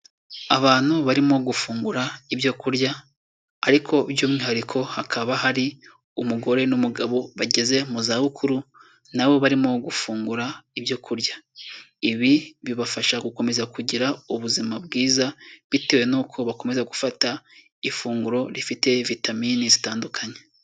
Abantu barimo gufungura ibyo kurya, ariko by'umwihariko hakaba hari umugore n'umugabo bageze mu zabukuru, na bo barimo gufungura ibyo kurya. Ibi bibafasha gukomeza kugira ubuzima bwiza, bitewe n'uko bakomeza gufata ifunguro rifite vitamine zitandukanye.